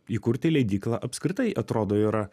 įkurti leidyklą apskritai atrodo yra